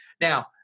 Now